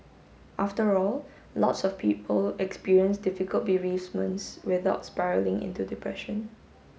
after all lots of people experience difficult bereavements without spiralling into depression